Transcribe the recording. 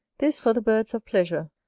this for the birds of pleasure,